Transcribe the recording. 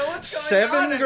seven